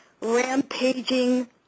rampaging